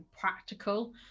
practical